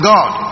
God